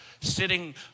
sitting